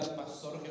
pastor